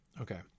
Okay